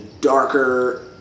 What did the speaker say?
darker